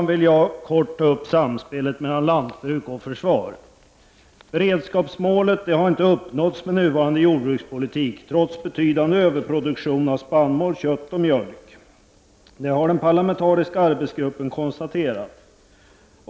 Jag vill helt kort ta upp samspelet mellan lantbruk och försvar. Beredskapsmålet har inte uppnåtts med nuvarande jordbrukspolitik, trots betydande överproduktion av spannmål, kött och mjölk. Det har den parlamentariska arbetsgruppen konstaterat.